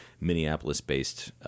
Minneapolis-based